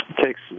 takes